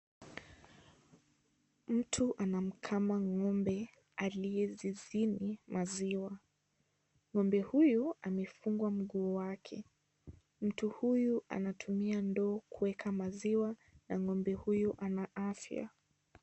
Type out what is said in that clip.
Mtu anamkama ng'ombe aliye zizini maziwa, ng'ombe huyu amefungwa mguu wake, mtu huyu anatumia ndoo kuweka maziwa cha ngombe huyu ana afya.